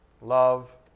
Love